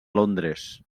londres